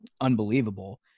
unbelievable